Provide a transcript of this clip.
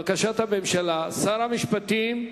לבקשת הממשלה, שר המשפטים,